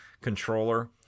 controller